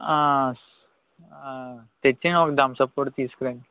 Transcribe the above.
ఆ ఆ తెచ్చేయండి ఒక థమ్స్ అప్ కూడా తీసుకురండి